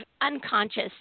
unconscious